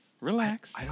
Relax